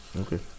Okay